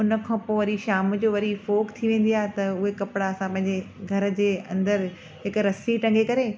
उन खां पोइ वरी शाम जो वरी फोग थी वेंदी आहे त उहे कपिड़ा असां पंहिंजे घर जे अंदरि हिकु रसी टंगे करे